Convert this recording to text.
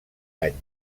any